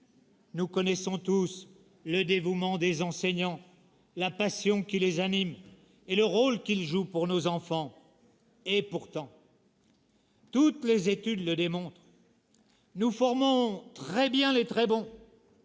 Nous connaissons tous le dévouement des enseignants, la passion qui les anime et le rôle qu'ils jouent pour nos enfants. « Et pourtant, toutes les études le démontrent : nous formons " très bien les très bons